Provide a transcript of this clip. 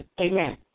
Amen